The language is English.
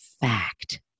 fact